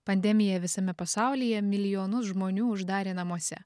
pandemija visame pasaulyje milijonus žmonių uždarė namuose